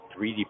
3D